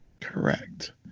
Correct